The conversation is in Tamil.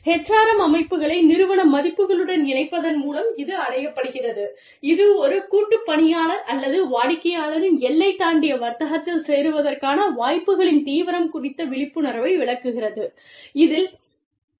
HRM அமைப்புகளை நிறுவன மதிப்புகளுடன் இணைப்பதன் மூலம் இது அடையப்படுகிறது இது ஒரு கூட்டுப்பணியாளர் அல்லது வாடிக்கையாளரின் எல்லை தாண்டிய வர்த்தகத்தில் சேருவதற்கான வாய்ப்புகளின் தீவிரம் குறித்த விழிப்புணர்வை விளக்குகிறது